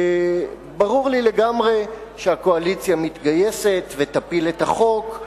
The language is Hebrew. ברור לי לגמרי שהקואליציה מתגייסת והיא תפיל את החוק.